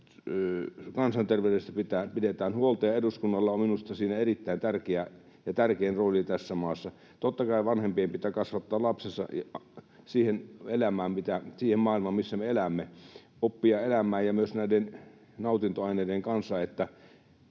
kansanterveydestä pidetään huolta, ja eduskunnalla on minusta siinä erittäin tärkeä — ja tärkein — rooli tässä maassa. Totta kai vanhempien pitää kasvattaa lapsensa siihen maailmaan, missä me elämme, oppia elämään myös näiden nautintoaineiden kanssa,